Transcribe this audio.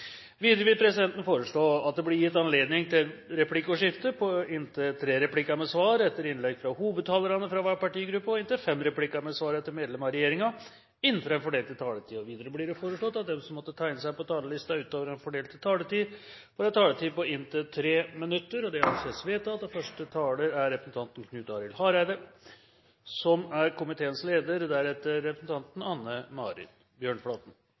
Videre vil presidenten foreslå at det blir gitt anledning til replikkordskifte på inntil tre replikker med svar etter innlegg fra hovedtalerne fra hver partigruppe og inntil fem replikker med svar etter medlemmer av regjeringen innenfor den fordelte taletiden. Videre blir det foreslått at de som måtte tegne seg på talerlisten utover den fordelte taletid, får en taletid på inntil 3 minutter. – Det anses vedtatt.